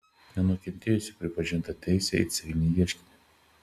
nukentėjusiajai pripažinta teisė į civilinį ieškinį